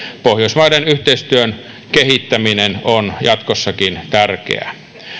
pohjoismaiden yhteistyön kehittäminen on jatkossakin tärkeää